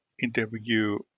interview